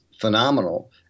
phenomenal